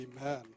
Amen